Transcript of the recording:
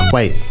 Wait